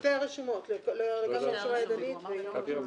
לשתי הרשומות, גם לרשומה ידנית וגם דיגיטלית?